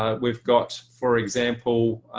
ah we've got for example,